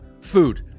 Food